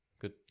Good